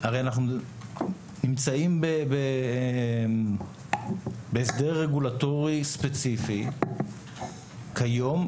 הרי אנחנו נמצאים בהסדר רגולטורי ספציפי כיום,